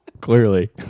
Clearly